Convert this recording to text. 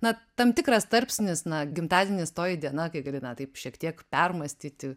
na tam tikras tarpsnis na gimtadienis toji diena kai gali na taip šiek tiek permąstyti